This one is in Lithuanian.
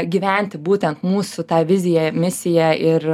gyventi būtent mūsų ta vizija misija ir